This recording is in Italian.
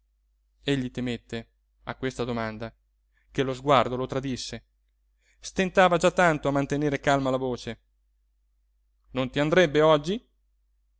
oggi egli temette a questa domanda che lo sguardo lo tradisse stentava già tanto a mantenere calma la voce non ti andrebbe oggi